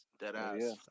Deadass